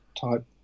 type